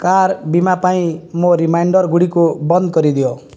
car ବୀମା ପାଇଁ ମୋ ରିମାଇଣ୍ଡର୍ ଗୁଡ଼ିକୁ ବନ୍ଦ କରିଦିଅ